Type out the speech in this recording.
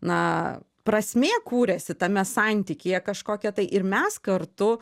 na prasmė kūrėsi tame santykyje kažkokia tai ir mes kartu